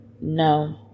no